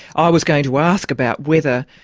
i was going to ask about whether,